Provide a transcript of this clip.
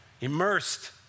Immersed